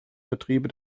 betriebe